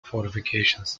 fortifications